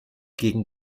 gegen